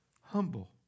humble